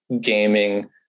gaming